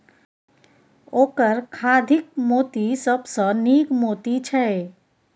ओकर खाधिक मोती सबसँ नीक मोती छै